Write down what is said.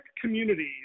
communities